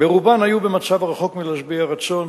ברובן היו במצב רחוק מלהשביע רצון,